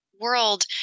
world